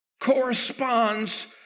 corresponds